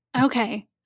Okay